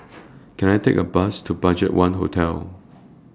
Can I Take A Bus to BudgetOne Hotel